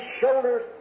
shoulders